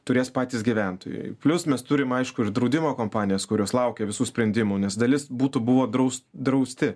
turės patys gyventojai plius mes turim aišku ir draudimo kompanijas kurios laukia visų sprendimų nes dalis butų buvo draustų drausti